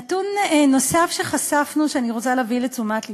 נתון נוסף שחשפנו ואני רוצה להביא לתשומת לבכם,